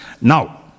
Now